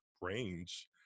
range